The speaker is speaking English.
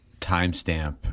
timestamp